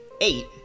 eight